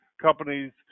companies